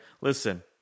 Listen